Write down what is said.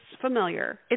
familiar